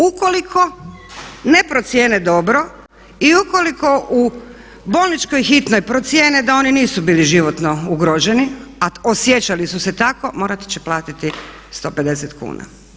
Ukoliko ne procijene dobro i ukoliko u bolničkoj hitnoj procijene da oni nisu bili životno ugroženi a osjećali su se tako morati će platiti 150 kuna.